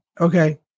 okay